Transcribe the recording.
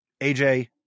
AJ